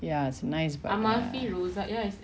ya it's a nice but err